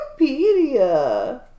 Wikipedia